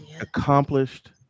Accomplished